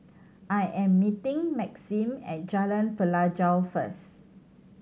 I am meeting Maxim at Jalan Pelajau first